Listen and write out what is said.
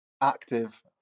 active